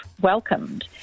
welcomed